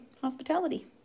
hospitality